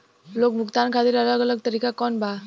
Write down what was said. Loan भुगतान खातिर अलग अलग तरीका कौन बा?